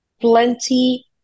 plenty